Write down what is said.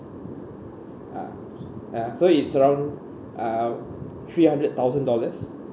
uh ya so it's around uh three hundred thousand dollars